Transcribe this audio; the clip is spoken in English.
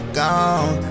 gone